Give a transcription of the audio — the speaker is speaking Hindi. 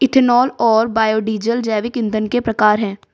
इथेनॉल और बायोडीज़ल जैविक ईंधन के प्रकार है